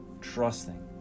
Trusting